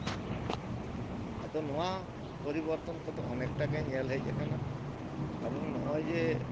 ᱟᱫᱚ ᱱᱚᱣᱟ ᱯᱚᱨᱤᱵᱚᱨᱛᱚᱱ ᱠᱚᱫᱚ ᱚᱱᱮᱠᱴᱟ ᱜᱮ ᱧᱮᱞ ᱦᱮᱡ ᱠᱟᱱᱟ ᱮᱵᱚᱝ ᱱᱚᱜᱼᱚᱭ ᱡᱮ